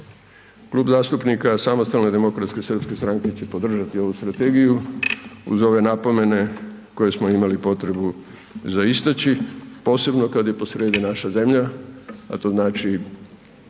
Klub zastupnika SDSS-a će podržati ovu strategiju uz ove napomene koje smo imali potrebu za istaći, posebno kad je posredi naša zemlja, a to znači